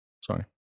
Sorry